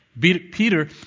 Peter